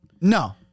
No